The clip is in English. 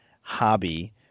hobby